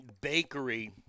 bakery